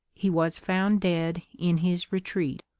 he was found dead in his retreat.